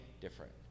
different